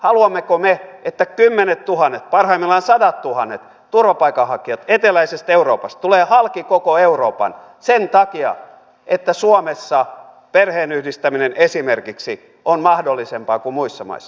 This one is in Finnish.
haluammeko me että kymmenettuhannet parhaimmillaan sadattuhannet turvapaikanhakijat eteläisestä euroopasta tulevat halki koko euroopan sen takia että suomessa perheenyhdistäminen esimerkiksi on mahdollisempaa kuin muissa maissa